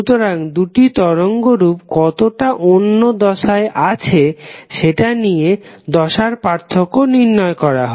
সুতরাং দুটি তরঙ্গরূপ কতটা অন্য দশায় আছে সেটা দিয়ে দশার পার্থক্য নির্ণয় করা হয়